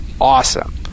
awesome